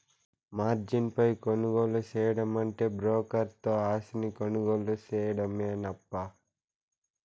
margin పై కొనుగోలు సేయడమంటే బ్రోకర్ తో ఆస్తిని కొనుగోలు సేయడమేనప్పా